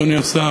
אדוני השר,